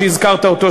שהזכרת אותו,